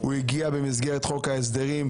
הוא הגיע במסגרת חוק ההסדרים,